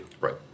Right